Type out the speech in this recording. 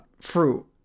fruit